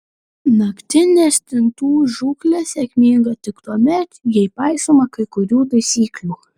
naktinė stintų žūklė sėkminga tik tuomet jei paisoma kai kurių taisyklių